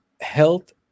health